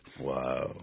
Wow